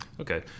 Okay